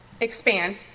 expand